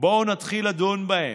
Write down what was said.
בואו נתחיל לדון בהן.